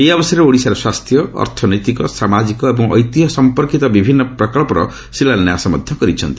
ଏହି ଅବସରରେ ଓଡ଼ିଶାର ସ୍ୱାସ୍ଥ୍ୟ ଅର୍ଥନୈତିକ ସାମାଜିକ ଏବଂ ଐତିହ୍ୟସଂପର୍କିତ ବିଭିନ୍ନ ପ୍ରକଳ୍ପର ଶିଳାନ୍ୟାସ ମଧ୍ୟ କରିଛନ୍ତି